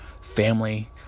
family